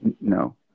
No